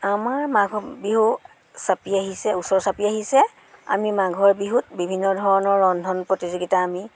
আমাৰ মাঘৰ বিহু চাপি আহিছে ওচৰ চাপি আহিছে আমি মাঘৰ বিহুত বিভিন্ন ধৰণৰ ৰন্ধন প্ৰতিযোগিতা আমি